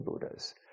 Buddhas